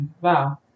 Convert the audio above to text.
Wow